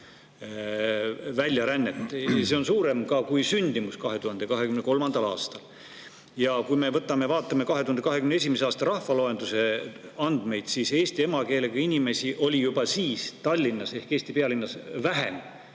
väljarännet. See oli suurem, kui oli sündimus 2023. aastal. Kui me vaatame 2021. aasta rahvaloenduse andmeid, siis näeme, et eesti emakeelega inimesi oli juba siis Tallinnas ehk Eesti pealinnas vähem